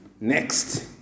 Next